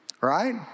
right